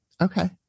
Okay